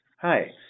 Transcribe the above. Hi